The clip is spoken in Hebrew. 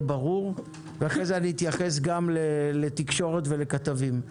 ברור ואחרי זה אני אתייחס גם לתקשורת ולכתבים.